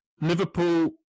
Liverpool